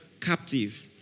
captive